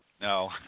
No